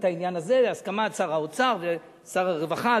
העניין הזה בהסכמת שר האוצר ושר הרווחה.